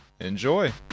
Enjoy